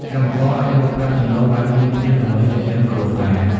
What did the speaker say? កម្មករអាចរកប្រាក់ចំណូលបានភ្លាមៗដើម្បីចិញ្ចឹមគ្រួសារ។